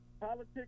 politics